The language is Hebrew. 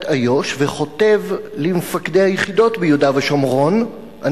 איו"ש וכותב למפקדי היחידות ביהודה ושומרון: